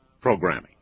programming